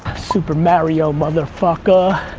super mario, mother fucker.